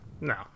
No